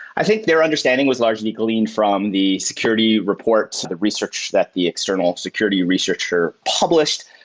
i think their understanding was largely gleaned from the security reports, the research that the external security researcher published.